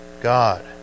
God